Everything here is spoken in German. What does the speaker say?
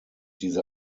diese